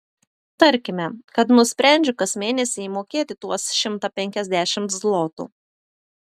tarkime kad nusprendžiu kas mėnesį įmokėti tuos šimtą penkiasdešimt zlotų